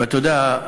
ואתה יודע,